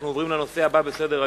אנחנו עוברים לנושא הבא בסדר-היום: